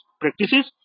practices